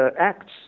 acts